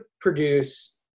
produce